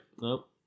nope